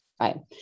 right